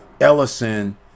Ellison